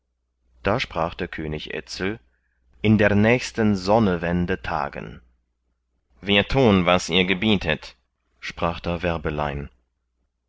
da sprach der könig etzel in der nächsten sonnewende tagen wir tun was ihr gebietet sprach da werbelein